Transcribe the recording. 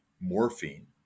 morphine